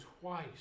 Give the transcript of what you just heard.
twice